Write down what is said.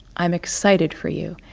i'm excited for you.